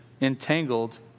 entangled